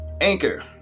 Anchor